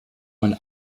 man